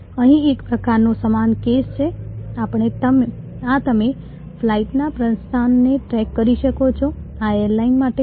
અહીં એક પ્રકારનો સમાન કેસ છે આ તમે ફ્લાઇટના પ્રસ્થાનને ટ્રૅક કરી શકો છો આ એરલાઇન માટે છે